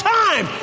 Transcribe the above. time